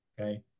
Okay